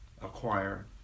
acquire